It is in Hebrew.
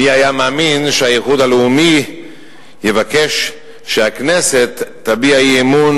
מי היה מאמין שהאיחוד הלאומי יבקש שהכנסת תביע אי-אמון